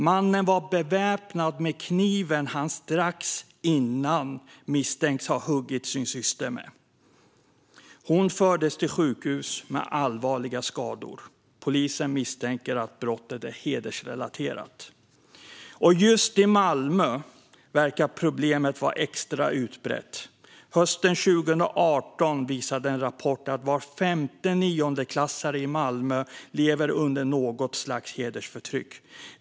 Han var beväpnad med den kniv han strax innan misstänks ha huggit sin syster med. Hon fördes till sjukhus med allvarliga skador. Polisen misstänker att brottet är hedersrelaterat." I just Malmö verkar problemet vara extra utbrett. Hösten 2018 visade en rapport att var femte niondeklassare i Malmö levde under något slags hedersförtryck.